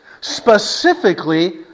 Specifically